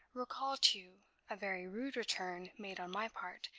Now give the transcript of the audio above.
recall to you a very rude return made on my part,